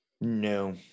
No